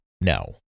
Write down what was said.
no